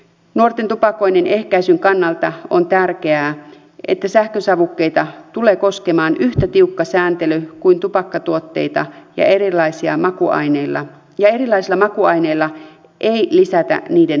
nuorten tupakoinnin ehkäisyn kannalta on tärkeää että sähkösavukkeita tulee koskemaan yhtä tiukka sääntely kuin tupakkatuotteita ja erilaisilla makuaineilla ei lisätä niiden houkuttelevuutta